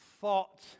Thought